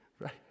right